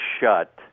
shut